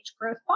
growth